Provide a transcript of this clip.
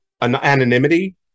anonymity